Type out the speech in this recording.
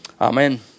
Amen